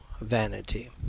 vanity